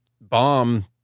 bomb